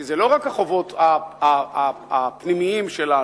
כי זה לא רק החובות הפנימיים שלנו,